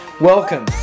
Welcome